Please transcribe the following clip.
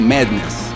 Madness